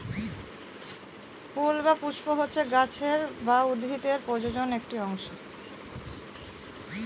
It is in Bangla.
ফুল বা পুস্প হচ্ছে গাছের বা উদ্ভিদের প্রজনন একটি অংশ